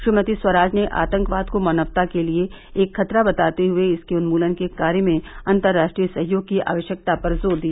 श्रीमती स्वराज ने आतंकवाद को मानवता के लिए एक खतरा बताते हुए इसके उन्मूलन के कार्य में अंतर्राष्ट्रीय सहयोग की आवश्यकता पर जोर दिया